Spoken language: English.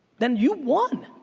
then you won.